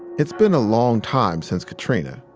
it's been a long time since katrina.